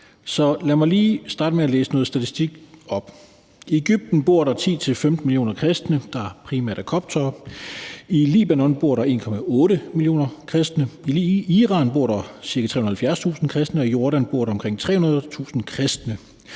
mig lige starte med at læse noget statistik op. I Egypten bor der 10-15 millioner kristne, der primært er koptere. I Libanon bor der 1,8 millioner kristne. I Iran bor der ca. 370.000 kristne, og i Jordan bor der omkring 300.000 kristne.